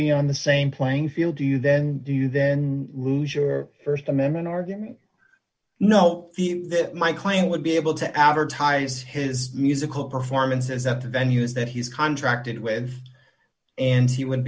be on the same playing field do you then do you then lose your st amendment argument nope the that my claim would be able to advertise his musical performances at the venues that he's contracted with and he would